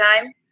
time